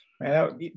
Man